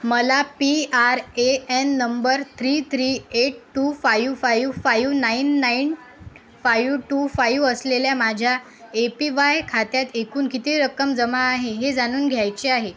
मला P R A N number three three eight two five five five nine nine five two five असलेल्या माझ्या A P Y खात्यात एकूण किती रक्कम जमा आहे हे जाणून घ्यायचे आहे